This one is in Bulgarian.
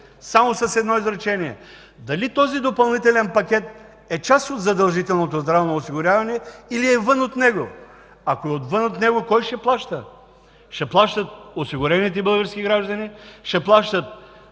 само с едно изречение – дали този допълнителен пакет е част от задължителното здравно осигуряване или е вън от него? Ако е вън от него, кой ще плаща? Ще плащат осигурените български граждани, ще плащат